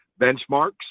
benchmarks